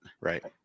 Right